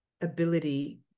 ability